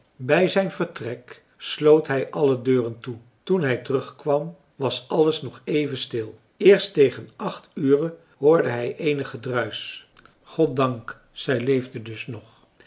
bij zijn vertrek sloot hij alle deuren toe toen hij terugkwam was alles nog even stil eerst tegen acht ure hoorde hij eenig gedruisch goddank zij leefde dus nog